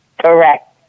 Correct